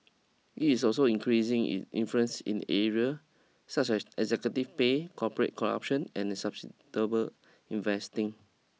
it is also increasing its influence in areas such as executive pay corporate corruption and investing